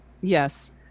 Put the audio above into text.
Yes